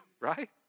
right